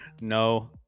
No